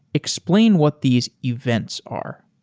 explain what these events are.